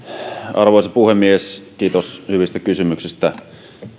arvoisa puhemies kiitos hyvistä kysymyksistä